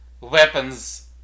weapons